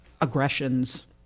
aggressions